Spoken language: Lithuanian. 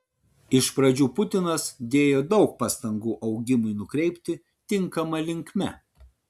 iš pradžių putinas dėjo daug pastangų augimui nukreipti tinkama linkme